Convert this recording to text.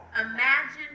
Imagine